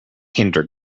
hinder